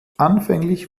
anfänglich